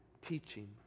teaching